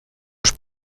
los